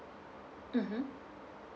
mmhmm